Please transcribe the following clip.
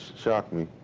shocked me.